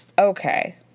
Okay